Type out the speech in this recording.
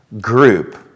group